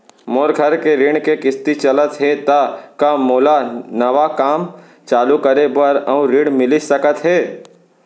मोर घर के ऋण के किसती चलत हे ता का मोला नवा काम चालू करे बर अऊ ऋण मिलिस सकत हे?